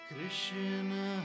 Krishna